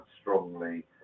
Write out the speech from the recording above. strongly